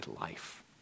life